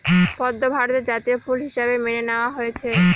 পদ্ম ভারতের জাতীয় ফুল হিসাবে মেনে নেওয়া হয়েছে